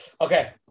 Okay